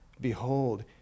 Behold